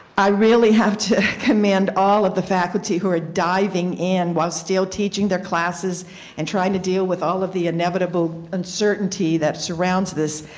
i really have to commend all of the faculty who are diving in while still teaching their classes and trying to deal with all of the inevitable uncertainty that surrounds this.